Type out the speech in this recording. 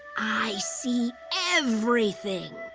i see everything.